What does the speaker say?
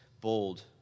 bold